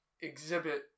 exhibit